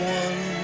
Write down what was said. one